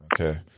Okay